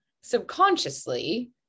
subconsciously